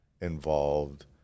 involved